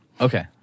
Okay